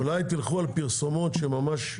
אולי תסייגו ותלכו על פרסומות שהן ממש בעייתיות.